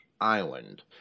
island